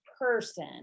person